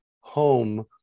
home